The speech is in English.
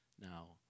now